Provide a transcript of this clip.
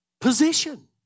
position